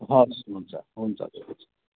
हस् हुन्छ हुन्छ